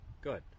Good